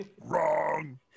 Wrong